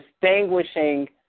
distinguishing